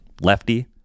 lefty